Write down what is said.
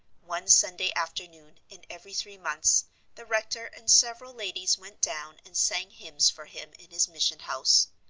one sunday afternoon in every three months the rector and several ladies went down and sang hymns for him in his mission-house.